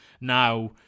now